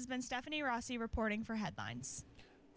is been stephanie rossi reporting for headlines